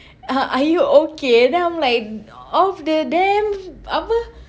uh are you okay then I'm like off the damn uh apa